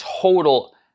total